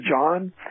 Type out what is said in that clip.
John